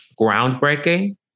groundbreaking